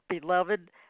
beloved